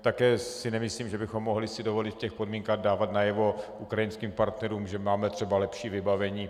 Také si nemyslím, že bychom si mohli v těchto podmínkách dávat najevo ukrajinským partnerům, že máme třeba lepší vybavení.